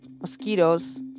mosquitoes